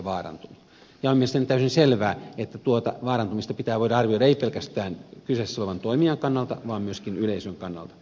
on mielestäni täysin selvää että tuota vaarantumista pitää voida arvioida ei pelkästään kyseessä olevan toimijan kannalta vaan myöskin yleisön kannalta